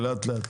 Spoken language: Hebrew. לאט לאט.